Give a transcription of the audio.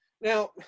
Now